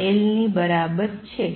ની બરાબર છે